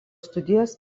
studijas